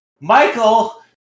Michael